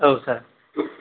औ सार